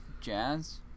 Jazz